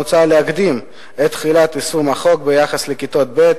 מוצע להקדים את תחילת יישום החוק ביחס לכיתות ב',